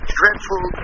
dreadful